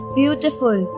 beautiful